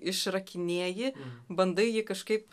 išrakinėji bandai jį kažkaip